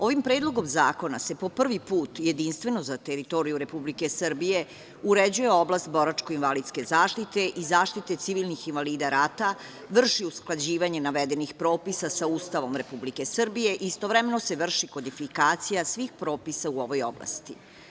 Ovim predlogom zakona se po prvi put jedinstveno za teritoriju Republike Srbije uređuje oblast boračko-invalidske zaštite i zaštite civilnih invalida rata, vrši usklađivanje navedenih propisa sa Ustavom Republike Srbije i istovremeno se vrši kodifikacija svih propisa u ovoj oblasti.